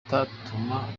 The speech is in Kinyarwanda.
bitatuma